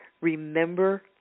remember